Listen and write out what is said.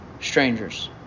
strangers